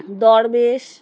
দরবেশ